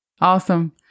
Awesome